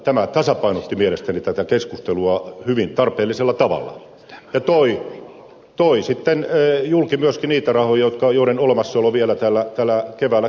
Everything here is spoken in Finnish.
tämä tasapainotti mielestäni tätä keskustelua hyvin tarpeellisella tavalla ja toi julki myöskin niitä rahoja joiden olemassaolo vielä täällä keväällä kiellettiin